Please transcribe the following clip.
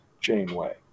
Janeway